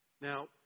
Now